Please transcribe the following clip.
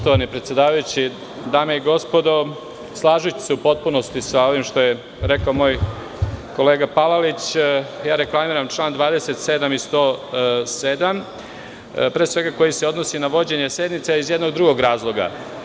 Poštovani predsedavajući, dame i gospodo, slažući se u potpunosti sa ovim što je rekao moj kolega Palalić, reklamiram član 27. i član 107, pre svega koji se odnosi na vođenje sednice, a iz jednog drugog razloga.